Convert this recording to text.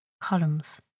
Columns